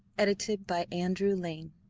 edited by andrew lang